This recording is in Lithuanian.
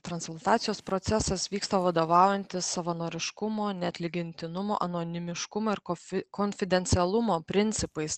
transplantacijos procesas vyksta vadovaujantis savanoriškumo neatlygintinumo anonimiškumo ir kofi konfidencialumo principais